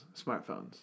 smartphones